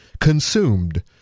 consumed